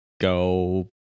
go